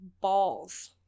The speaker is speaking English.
balls